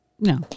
No